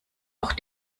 auch